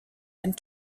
and